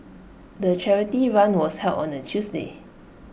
the charity run was held on A Tuesday